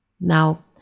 Now